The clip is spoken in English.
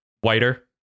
whiter